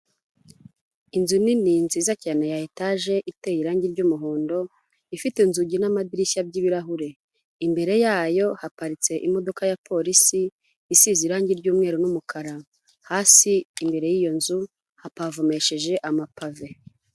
Inzu nini nziza cyane ya etaje iteye irange ry'umuhondo, ifite inzugi n'amadirishya by'ibirahure, imbere yayo haparitse imodoka ya polisi isize irange ry'umweru n'umukara, hasi imbere y'iyo nzu hapavomesheje amapave.